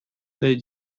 they